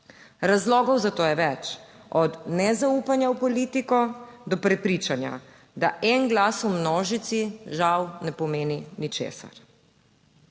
Razlogov za to je več, od nezaupanja v politiko do prepričanja, da en glas v množici žal ne pomeni ničesar.